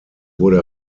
wurde